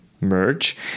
Merge